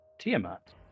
Tiamat